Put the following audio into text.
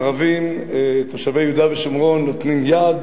הערבים תושבי יהודה ושומרון נותנים יד